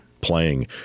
playing